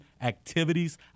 activities